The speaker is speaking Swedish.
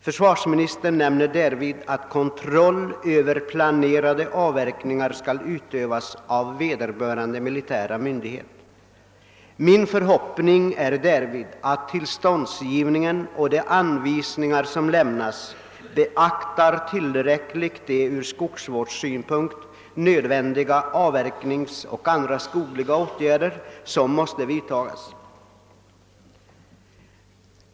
Försvarsministern framhåller i detta sammanhang att kontroll över planerade avverkningar skall utövas av vederbörande militära myndighet. Min förhoppning är att man vid tillståndsgivningen och i de anvisningar som lämnas tillräckligt skall beakta de avverkningsoch andra skogliga åtgärder som är nödvändiga ur skogsvårdssynpunkt.